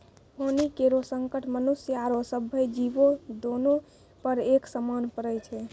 पानी केरो संकट मनुष्य आरो सभ्भे जीवो, दोनों पर एक समान पड़ै छै?